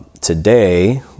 Today